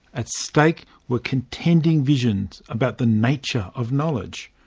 at stake were contending visions about the nature of knowledge.